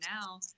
now